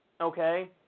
okay